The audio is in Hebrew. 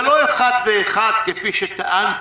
זה לא אחד ואחד כפי שטענתם,